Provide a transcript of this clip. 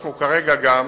אנחנו כרגע גם